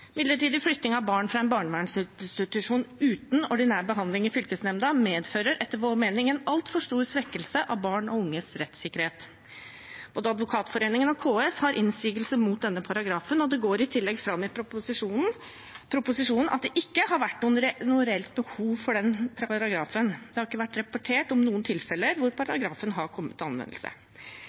Midlertidig flytting av barn fra en barnevernsinstitusjon uten ordinær behandling i fylkesnemnda medfører etter vår mening en altfor stor svekkelse av barn og unges rettssikkerhet. Både Advokatforeningen og KS har innsigelser mot denne paragrafen, og det går i tillegg fram av proposisjonen at det ikke har vært noe reelt behov for den paragrafen. Det har ikke vært rapportert om noen tilfeller hvor paragrafen har kommet til anvendelse.